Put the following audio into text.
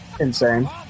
Insane